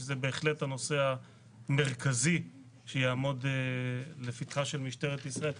שזה בהחלט הנושא המרכזי שיעמוד לפתחה של משטרת ישראל.